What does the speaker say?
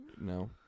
No